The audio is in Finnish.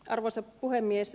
arvoisa puhemies